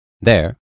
There